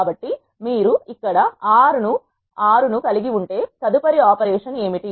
కాబట్టి మీరు ఇక్కడ 6 కలిగి ఉంటే తదుపరి ఆపరేషన్ ఏమిటి